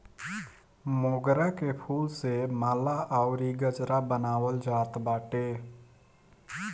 मोगरा के फूल से माला अउरी गजरा बनावल जात बाटे